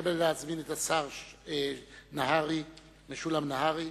אני מתכבד להזמין את השר משולם נהרי,